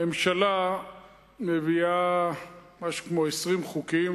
ממשלה מביאה משהו כמו 20 חוקים,